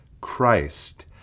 christ